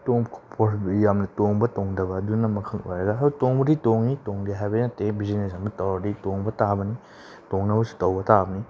ꯌꯥꯝꯅ ꯇꯣꯡꯕ ꯇꯣꯡꯗꯕꯗꯨꯅ ꯃꯈꯜ ꯑꯣꯏꯔꯒ ꯍꯣꯏ ꯇꯣꯡꯕꯨꯗꯤ ꯇꯣꯡꯏ ꯇꯣꯡꯗꯦ ꯍꯥꯏꯕ ꯌꯥꯗꯦ ꯕꯤꯖꯤꯅꯦꯁ ꯑꯃ ꯇꯧꯔꯗꯤ ꯇꯣꯡꯕ ꯇꯥꯕꯅꯤ ꯇꯣꯡꯅꯕꯁꯨ ꯇꯧꯕ ꯇꯥꯕꯅꯤ